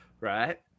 Right